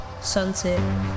sunset